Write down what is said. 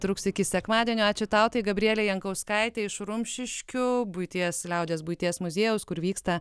truks iki sekmadienio ačiū tau tai gabrielė jankauskaitė iš rumšiškių buities liaudies buities muziejaus kur vyksta